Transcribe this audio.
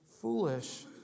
foolish